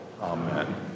Amen